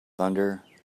thunder